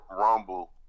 rumble